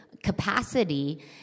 capacity